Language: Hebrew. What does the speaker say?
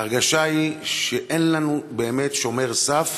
ההרגשה היא שאין לנו באמת שומר סף